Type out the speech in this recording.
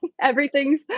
everything's